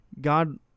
god